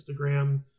instagram